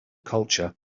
culture